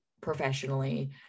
professionally